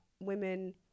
women